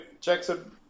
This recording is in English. Jackson